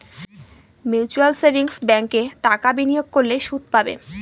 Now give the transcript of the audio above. mutual savings ব্যাঙ্কে টাকা বিনিয়োগ করলে সুদ পাবে